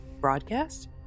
broadcast